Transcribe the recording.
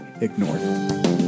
ignored